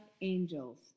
angels